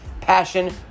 passion